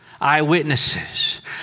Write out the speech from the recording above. eyewitnesses